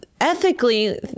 ethically